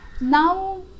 now